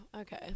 Okay